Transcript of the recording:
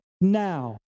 now